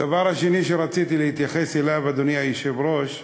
הדבר השני שרציתי להתייחס אליו, אדוני היושב-ראש: